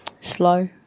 Slow